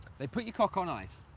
they put your cock on ice,